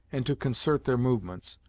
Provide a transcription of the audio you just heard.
and to concert their movements.